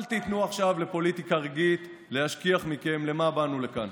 אל תיתנו עכשיו לפוליטיקה רגעית להשכיח מכם למה באנו לכאן.